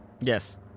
Yes